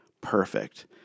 perfect